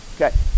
Okay